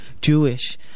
Jewish